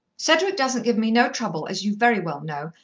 cedric doesn't give me no trouble, as you very well know,